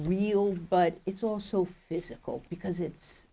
real but it's also physical because it's